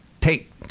take